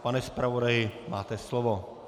Pane zpravodaji, máte slovo.